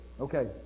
Okay